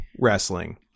wrestling